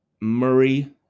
Murray